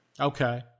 Okay